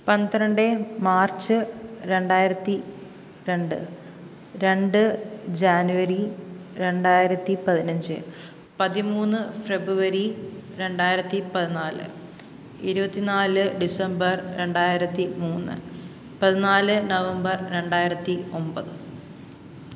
പന്ത്രണ്ട് മാർച്ച് രണ്ടായിരത്തി രണ്ട് രണ്ട് ജാനുവരി രണ്ടായിരത്തി പതിനഞ്ച് പതിമൂന്ന് ഫെബ്രുവരി രണ്ടായിരത്തി പതിനാല് ഇരുപത്തി നാല് ഡിസംബർ രണ്ടായിരത്തി മൂന്ന് പതിനാല് നവംബർ രണ്ടായിരത്തി ഒൻപത്